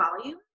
volume